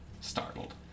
startled